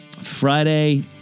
Friday